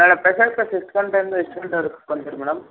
ನಾಳೆ special class ಎಷ್ಟು ಗಂಟೆಯಿಂದ ಎಷ್ಟು ಗಂಟೆವರೆಗೂ ಇಟ್ಕೊತಿರಿ ಮೇಡಮ್